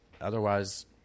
otherwise